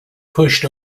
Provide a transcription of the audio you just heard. pushed